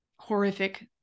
horrific